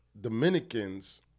Dominicans